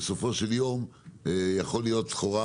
בסופו של יום יכולה להיות סחורה,